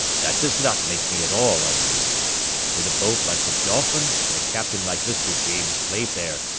that does not make me at all uneasy with a boat like the dolphin and a captain like mr. james playfair,